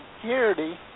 security